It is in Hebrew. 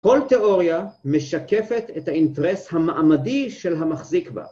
כל תיאוריה משקפת את האינטרס המעמדי של המחזיק בה.